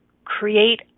Create